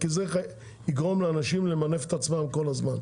כי זה יגרום לאנשים למנף את עצמם כל הזמן.